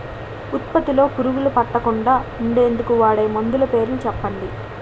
ఉత్పత్తి లొ పురుగులు పట్టకుండా ఉండేందుకు వాడే మందులు పేర్లు చెప్పండీ?